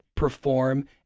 perform